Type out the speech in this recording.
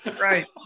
Right